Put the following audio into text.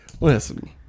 Listen